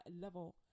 level